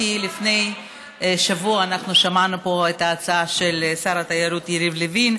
כי לפני שבוע אנחנו שמענו פה את ההצעה של שר התיירות יריב לוין,